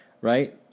right